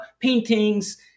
paintings